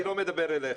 -- אני לא מדבר אלייך.